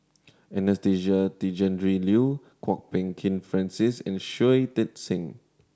Anastasia Tjendri Liew Kwok Peng Kin Francis and Shui Tit Sing